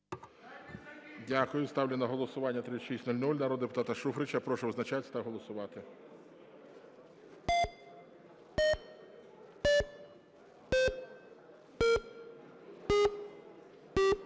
Ставлю на голосування 3608 народного депутата Шуфрича. Прошу визначатися та голосувати.